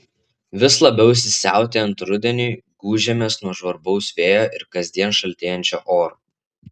vis labiau įsisiautėjant rudeniui gūžiamės nuo žvarbaus vėjo ir kasdien šaltėjančio oro